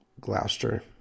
Gloucester